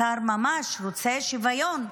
השר ממש רוצה שוויון,